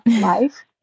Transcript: life